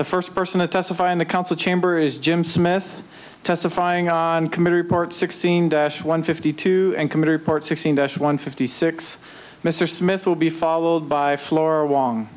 the first person to testify in the council chamber is jim smith testifying on committee report sixteen dash one fifty two and committee report sixteen dash one fifty six mr smith will be followed by floor w